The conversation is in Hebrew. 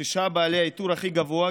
שישה מבעלי העיטור הכי גבוה,